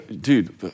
dude